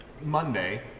Monday